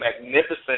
magnificent